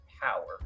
power